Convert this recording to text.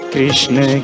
Krishna